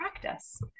practice